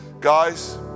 guys